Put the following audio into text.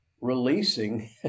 releasing